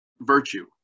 virtue